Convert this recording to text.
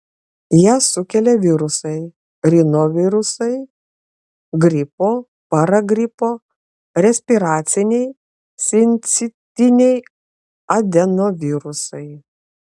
ją sukelia virusai rinovirusai gripo paragripo respiraciniai sincitiniai adenovirusai